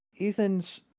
Ethan's